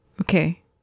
Okay